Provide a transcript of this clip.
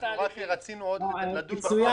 בחוק הנוכחי, לא מחכים.